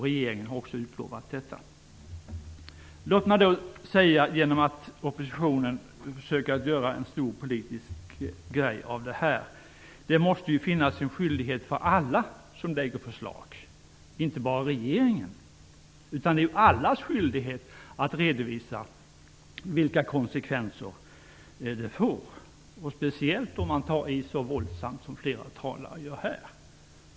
Regeringen har också utlovat detta. Oppositionen försöker att göra en stor politisk grej av detta. Låt mig då säga att det måste finnas en skyldighet för alla som lägger förslag, inte bara för regeringen, att redovisa vilka konsekvenser de får. Det gäller speciellt om man tar i så våldsamt som flera talare gör här.